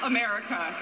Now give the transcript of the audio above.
America